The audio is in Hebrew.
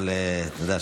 אבל אתה יודע,